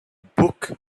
book